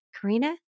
Karina